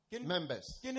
members